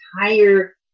entire